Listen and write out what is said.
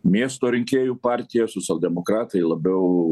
miesto rinkėjų partija socialdemokratai labiau